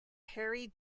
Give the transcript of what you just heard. harry